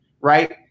right